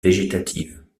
végétative